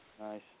Nice